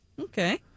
Okay